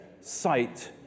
sight